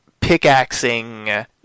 pickaxing